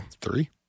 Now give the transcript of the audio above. three